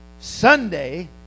Sunday